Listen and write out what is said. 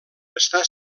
està